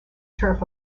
turf